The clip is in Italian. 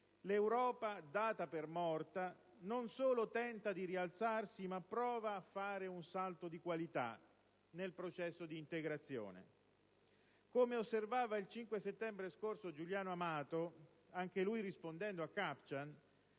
l'Europa, data per morta, non solo tenta di rialzarsi, ma prova a fare un salto di qualità nel processo d'integrazione. Come osservava il 5 settembre scorso Giuliano Amato, anche lui rispondendo a Kupchan